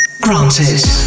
granted